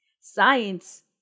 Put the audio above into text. science